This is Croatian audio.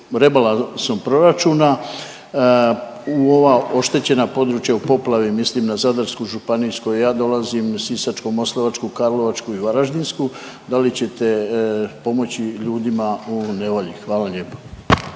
rebalansom proračuna u ova oštećenja područja u poplavi, mislim na Zadarsku županiju iz koje ja dolazim, Sisačko-moslavačku, Karlovačku i Varaždinsku da li ćete pomoći ljudima u nevolji? Hvala lijepa.